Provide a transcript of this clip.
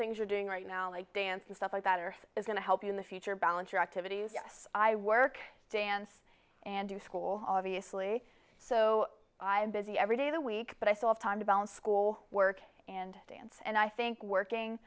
things you are doing right now like dance or stuff like that are going to help you in the future balance your activities yes i work dance and do school obviously so i'm busy every day of the week but i thought time to balance school work and dance and i think working